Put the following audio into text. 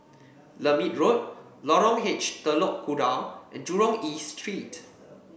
Lermit Road Lorong H Telok Kurau and Jurong East Street